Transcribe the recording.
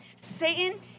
Satan